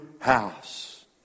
house